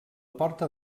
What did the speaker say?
porta